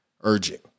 urgent